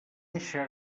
eixa